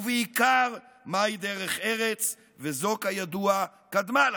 ובעיקר מהי דרך ארץ וזו, כידוע, קדמה לתורה.